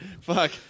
Fuck